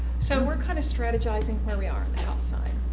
so we're kind of strategizing where we are in the house side.